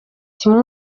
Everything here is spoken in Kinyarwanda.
kimwe